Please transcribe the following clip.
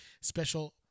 special